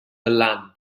lan